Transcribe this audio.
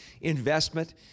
investment